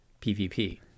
PvP